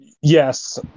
Yes